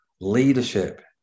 leadership